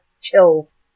Chills